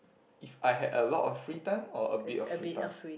if I had a lot of free time or a bit of free time